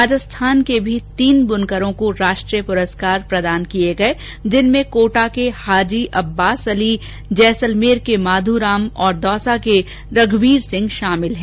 राजस्थान के भी तीन बनकरों को राष्ट्रीय प्रस्कार प्रदान किये गए जिनमें कोटा के हाजी अब्बास अली जैसलमेर के माधू राम और दौसा के रघुवीर सिंह शामिल हैं